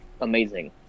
amazing